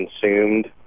consumed